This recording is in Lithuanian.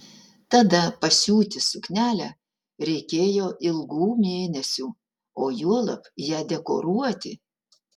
tada pasiūti suknelę reikėjo ilgų mėnesių o juolab ją dekoruoti